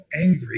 angry